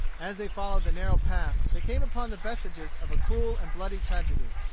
as they followed the narrow path they came upon the vestiges of a cruel and bloody tragedy.